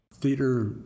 Theater